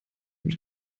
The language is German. mit